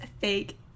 fake